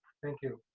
thank you.